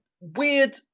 weird